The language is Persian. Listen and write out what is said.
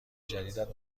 جدیدت